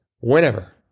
whenever